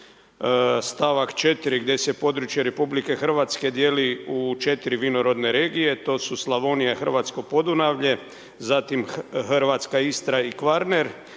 stavak 4. gdje se područje RH djelu u 4 vinorodne regije, to su Slavonija, Hrvatsko Podunavlje, zatim Hrvatska Istra i Kvarner,